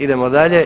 Idemo dalje.